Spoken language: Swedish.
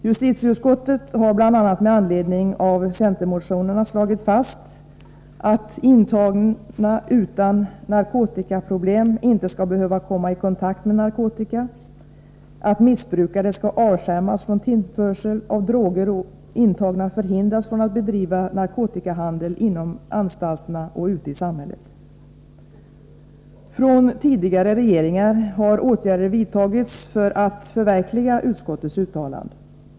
Justitieutskottet har bl.a. med anledning av centermotionerna slagit fast vikten av ”att intagna utan narkotikaproblem inte skall behöva komma i kontakt med narkotika, att missbrukare avskärs från tillförsel av droger och att intagna förhindras att bedriva narkotikahandel inom anstalterna och ute i samhället”. Av tidigare regeringar har åtgärder vidtagits för att förverkliga utskottets uttalande.